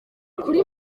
kuri